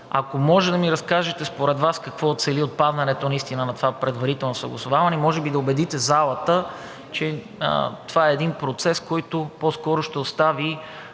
Ако можете да ми разкажете, според Вас какво цели отпадането на това предварително съгласуване и може би да убедите залата, че това е един процес, който по-скоро ще остави